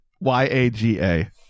Y-A-G-A